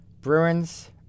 Bruins